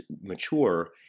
mature